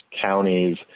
counties